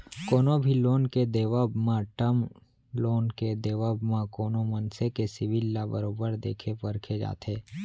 कोनो भी लोन के देवब म, टर्म लोन के देवब म कोनो मनसे के सिविल ल बरोबर देखे परखे जाथे